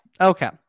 Okay